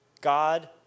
God